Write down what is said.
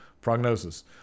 prognosis